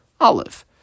Olive